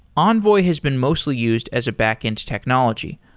envoy has been mostly used as a backend technology,